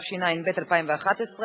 התשע"ב 2011,